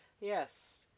yes